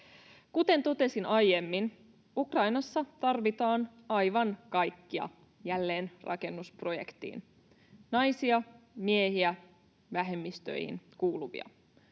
Kuten totesin aiemmin, Ukrainassa tarvitaan aivan kaikkia jälleenrakennusprojektiin: naisia, miehiä, vähemmistöihin kuuluvia.